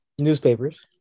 newspapers